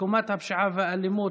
עקומת הפשיעה והאלימות,